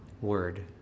word